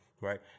right